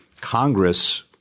Congress